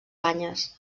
banyes